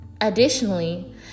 Additionally